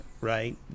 right